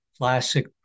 Classic